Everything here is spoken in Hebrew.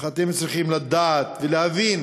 אך אתם צריכים לדעת ולהבין